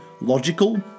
logical